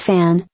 Fan